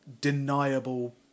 deniable